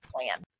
plan